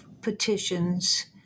petitions